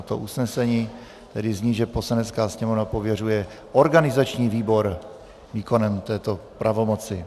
To usnesení tedy zní, že Poslanecká sněmovna pověřuje organizační výbor výkonem této pravomoci.